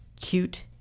cute